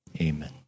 Amen